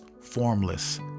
formless